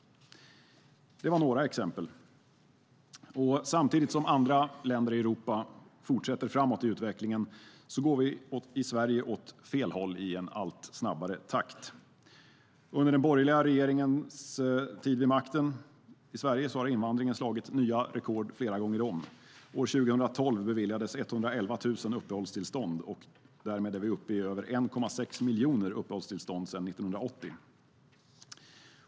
Det var några exempel. Samtidigt som andra länder i Europa går framåt i utvecklingen går vi i Sverige åt fel håll i allt snabbare takt. Under den borgerliga regeringens tid vid makten i Sverige har invandringen slagit nya rekord flera gånger om. År 2012 beviljades 111 000 uppehållstillstånd, och därmed är vi uppe i över 1,6 miljoner uppehållstillstånd sedan 1980.